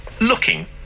looking